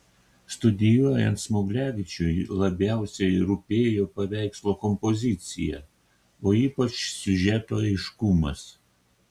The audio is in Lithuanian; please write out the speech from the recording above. studijuojant smuglevičiui labiausiai rūpėjo paveikslo kompozicija o ypač siužeto aiškumas